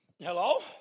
Hello